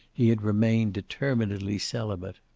he had remained determinedly celibate.